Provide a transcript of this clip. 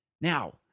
Now